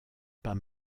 pas